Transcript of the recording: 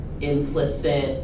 implicit